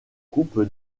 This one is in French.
coupe